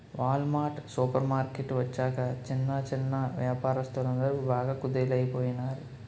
wall mart supermarket వచ్చాక చిన్న చిన్నా వ్యాపారస్తులందరు బాగా కుదేలయిపోనారు